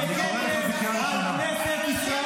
חבר הכנסת,